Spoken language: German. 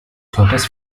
körpers